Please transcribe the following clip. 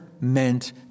meant